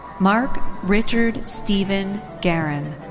mark richard stephen garren.